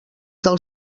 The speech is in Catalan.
del